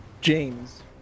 James